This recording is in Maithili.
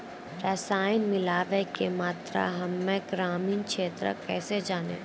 रसायन मिलाबै के मात्रा हम्मे ग्रामीण क्षेत्रक कैसे जानै?